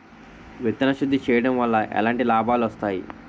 విత్తన శుద్ధి చేయడం వల్ల ఎలాంటి లాభాలు వస్తాయి?